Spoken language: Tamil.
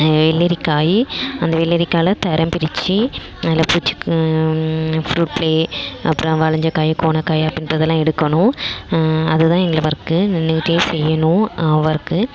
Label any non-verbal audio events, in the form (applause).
வெள்ளரிக்காய் அந்த வெள்ளரிக்காயில் தரம் பிரிச்சு நல்ல (unintelligible) புருட்லேயே அப்புறம் வளைஞ்ச காய் கோனல் காய் அப்படின்றதெல்லாம் எடுக்கணும் அதுதான் எங்கள் வொர்க்கு நின்றுக்கிட்டே செய்யணும் வொர்க்கு